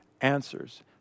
answers